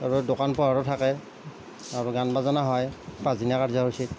আৰু দোকান পোহাৰো থাকে আৰু গান বাজনাও হয় পাঁচদিনীয়া কাৰ্যসূচীত